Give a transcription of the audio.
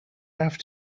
have